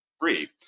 free